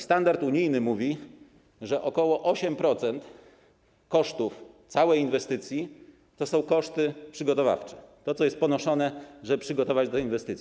Standard unijny mówi, że ok. 8% kosztów całej inwestycji to są koszty przygotowawcze, to, co jest ponoszone, żeby przygotować się do inwestycji.